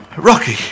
Rocky